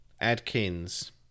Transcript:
Adkins